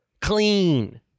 clean